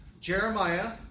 Jeremiah